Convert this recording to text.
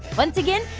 once again,